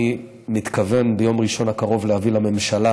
אני מתכוון ביום ראשון הקרוב להביא לממשלה